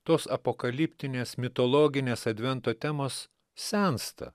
tos apokaliptinės mitologinės advento temos sensta